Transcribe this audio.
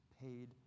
paid